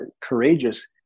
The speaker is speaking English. courageous